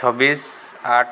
ଛବିଶ ଆଠ